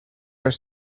are